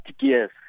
yes